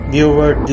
Viewer